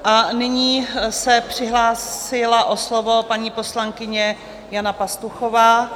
A nyní se přihlásila o slovo paní poslankyně Jana Pastuchová.